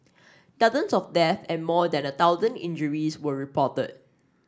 dozens of death and more than a thousand injuries were reported